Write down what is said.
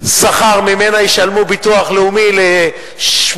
השכר שממנה ישלמו ביטוח לאומי לשמונה